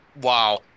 Wow